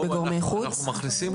אנחנו מכניסים